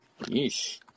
Yeesh